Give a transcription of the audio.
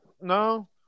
No